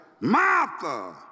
Martha